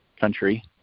country